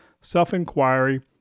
self-inquiry